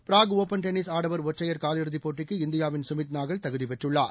Prague open tennis ஆடவர் ஒற்றையர் காலிறுதிப் போட்டிக்கு இந்தியாவின் குமித் நாகல் தகுதிபெற்றுள்ளார்